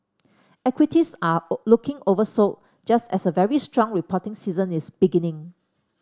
equities are looking oversold just as a very strong reporting season is beginning